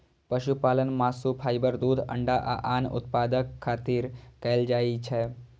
पशुपालन मासु, फाइबर, दूध, अंडा आ आन उत्पादक खातिर कैल जाइ छै